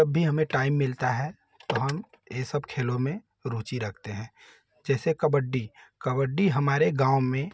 जब भी हमें टाइम मिलता है तो तो हम यह सब खेलों में रुची रखते हैं जैसे कबड्डी कबड्डी हमारे गाँव में